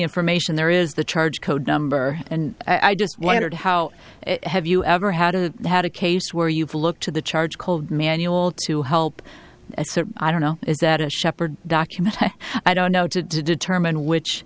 information there is the charge code number and i just wondered how have you ever had a had a case where you've looked to the charge called manual to help i don't know is that a sheppard document i don't know to determine which